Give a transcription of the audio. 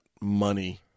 money